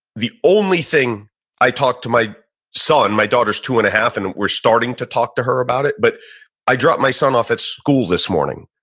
the only thing i talked to my son, so and my daughter's two and a half and we're starting to talk to her about it, but i dropped my son off at school this morning